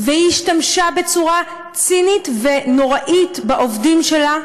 והיא השתמשה בצורה צינית ונוראה בעובדים שלה,